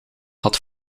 had